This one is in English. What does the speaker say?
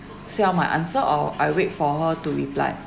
say out my answer or I wait for her to reply